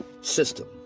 system